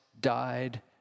died